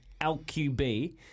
LQB